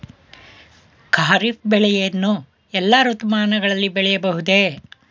ಖಾರಿಫ್ ಬೆಳೆಯನ್ನು ಎಲ್ಲಾ ಋತುಮಾನಗಳಲ್ಲಿ ಬೆಳೆಯಬಹುದೇ?